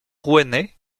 rouennais